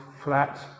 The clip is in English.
flat